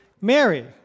Mary